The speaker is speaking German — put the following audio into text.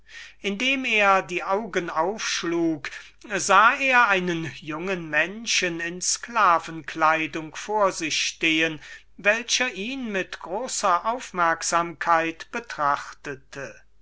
indem er die augen aufschlug sah er einen jungen menschen in einer sklaven kleidung vor sich stehen der ihn mit großer aufmerksamkeit betrachtete